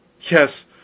Yes